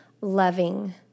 loving